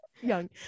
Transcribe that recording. Young